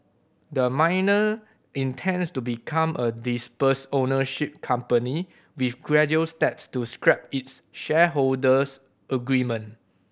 the miner intends to become a dispersed ownership company with gradual steps to scrap its shareholders agreement